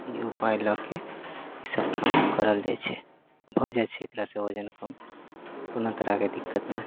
ई उपाए लऽ केँ ई सभ काम करल जाइ छै भऽ जाइ छै एकरा से वजन कम कोनो तरहकेँ दिक्कत नहि